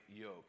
yoke